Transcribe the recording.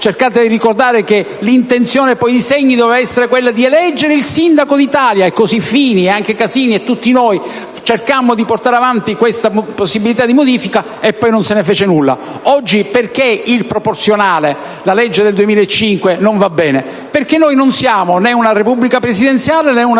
(cercate di ricordare che l'intenzione di Segni doveva essere quella di eleggere il sindaco d'Italia). E così Fini, Casini e tutti noi cercammo di portare avanti questa possibilità di modifica, ma poi non se ne fece nulla. Oggi, il sistema proporzionale, la legge del 2005, non va bene perché noi non siamo né una Repubblica presidenziale né una